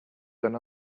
gun